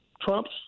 Trump's